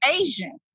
Asian